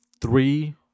three